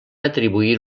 atribuir